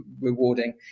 rewarding